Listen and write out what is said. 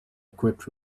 equipped